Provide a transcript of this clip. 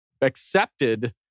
accepted